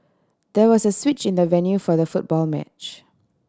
there was a switch in the venue for the football match